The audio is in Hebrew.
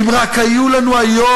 לו רק היו לנו היום